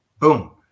Boom